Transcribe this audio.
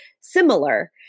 similar